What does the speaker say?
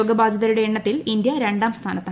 രോഗബാധിതരുടെ എണ്ണത്തിൽ ഇന്ത്യ രണ്ടാർ സ്ഥാനത്ത്